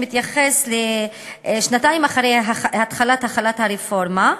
שמתייחס לשנתיים מאז החלת הרפורמה,